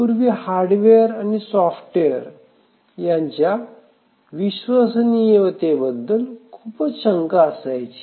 पूर्वी हार्डवेअर आणि सॉफ्टवेअर यांच्या विश्वसनीयतेबद्दल खुपच शंका असायची